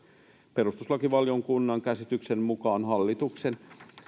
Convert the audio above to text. perustuslakivaliokunnan käsityksen mukaan hallituksen